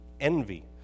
envy